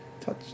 Touch